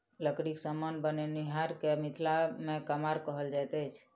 लकड़ीक समान बनओनिहार के मिथिला मे कमार कहल जाइत अछि